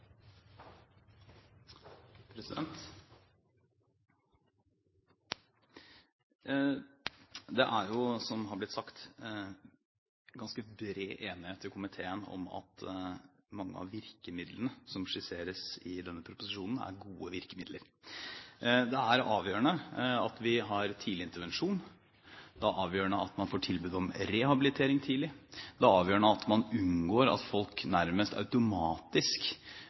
jo, som det har blitt sagt, ganske bred enighet i komiteen om at mange av virkemidlene som skisseres i denne proposisjonen, er gode virkemidler. Det er avgjørende at vi har tidlig intervensjon, det er avgjørende at man får tilbud om rehabilitering tidlig, det er avgjørende at man unngår at folk nærmest automatisk